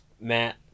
Matt